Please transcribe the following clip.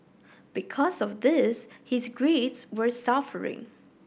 because of this his grades were suffering